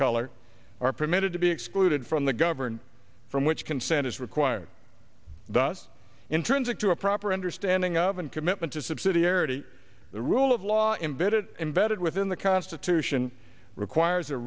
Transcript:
color are permitted to be excluded from the governed from which consent is required thus intrinsic to a proper understanding of and commitment to subsidiarity the rule of law imbedded embedded within the constitution requires a